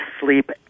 sleep